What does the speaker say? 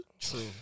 true